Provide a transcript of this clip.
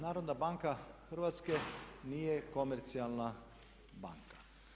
Narodna banka Hrvatske nije komercijalna banka.